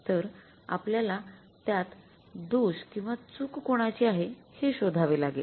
तर आपल्याला यात दोष किंवा चूक कोणाची आहे हे शोधावे लागेल